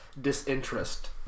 disinterest